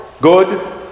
good